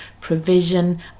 provision